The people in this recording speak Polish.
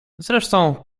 zresztą